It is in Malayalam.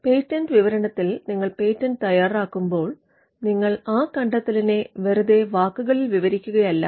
പേറ്റന്റ് വിവരണത്തിൽ നിങ്ങൾ പേറ്റന്റ് തയ്യാറാക്കുമ്പോൾ നിങ്ങൾ ആ കണ്ടെത്തലിനെ വെറുതെ വാക്കുകളിൽ വിവരിക്കുകയല്ല